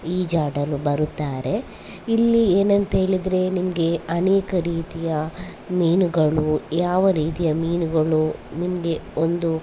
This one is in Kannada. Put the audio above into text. ಈಜಾಡಲು ಬರುತ್ತಾರೆ ಇಲ್ಲಿ ಏನಂತ ಹೇಳಿದ್ರೆ ನಿಮಗೆ ಅನೇಕ ರೀತಿಯ ಮೀನುಗಳು ಯಾವ ರೀತಿಯ ಮೀನುಗಳು ನಿಮಗೆ ಒಂದು